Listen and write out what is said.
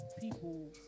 people